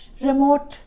remote